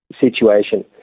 situation